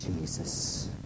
Jesus